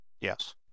Yes